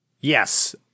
yes